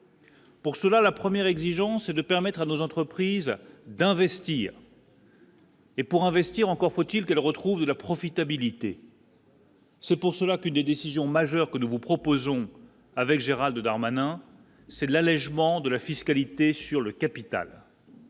Pour cela, la première exigence et de permettre à nos entreprises d'investir. Et pour investir, encore faut-il qu'elle retrouve la profitabilité. C'est pour cela qu'une des décisions majeures que nous vous proposons avec Gérald Darmanin c'est de l'allégement de la fiscalité sur le capital.